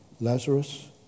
Lazarus